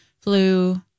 flu